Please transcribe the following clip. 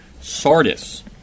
Sardis